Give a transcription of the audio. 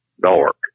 dark